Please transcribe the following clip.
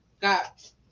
got